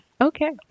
Okay